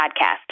podcast